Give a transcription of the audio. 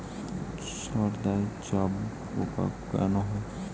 সর্ষায় জাবপোকা কেন হয়?